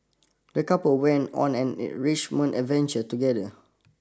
the couple went on an enrichment adventure together